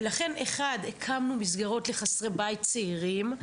ולכן, אחד הקמנו מסגרות לחסרי בית צעירים.